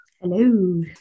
Hello